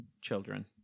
children